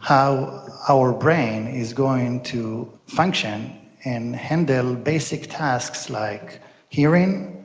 how our brain is going to function and handle basic tasks like hearing,